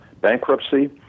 bankruptcy